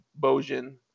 Bojan